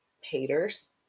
haters